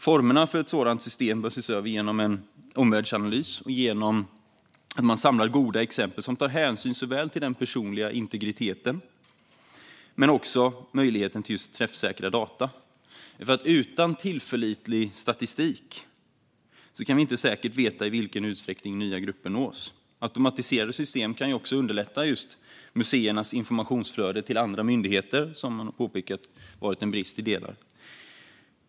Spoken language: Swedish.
Formerna för ett sådant system bör ses över genom en omvärldsanalys och genom att man samlar goda exempel som tar hänsyn såväl till den personliga integriteten som till möjligheten till träffsäkra data. Utan tillförlitlig statistik kan vi inte säkert veta i vilken utsträckning nya grupper nås. Automatiserade system kan även underlätta museernas informationsflöde till andra myndigheter, vilket - har det påpekats - delvis har varit en brist.